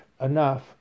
enough